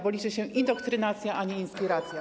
Bo liczy się indoktrynacja, a nie inspiracja.